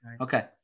Okay